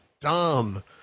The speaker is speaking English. dumb